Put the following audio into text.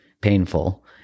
painful